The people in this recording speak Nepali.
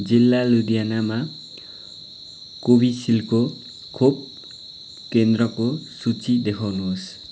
जिल्ला लुधियानामा कोभिसिल्डको खोप केन्द्रको सूची देखाउनुहोस्